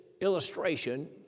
illustration